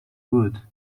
would